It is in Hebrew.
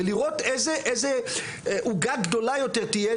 ולראות איזה עוגה גדולה תהיה,